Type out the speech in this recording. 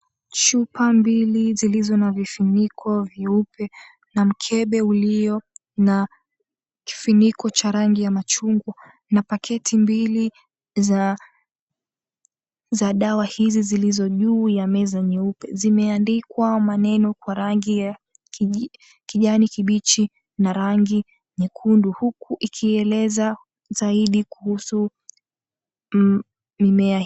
Chupa mbili zilizo na vifuniko vyeupe na mkebe uliyo na kifuniko cha rangi ya machungwa na paketi mbili za dawa hizi zilizo juu ya meza nyeupe zimeandikwa maneno kwa rangi ya kijani kibichi na rangi nyekundu huku ikieleza zaidi kuhusu mmea.